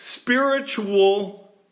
spiritual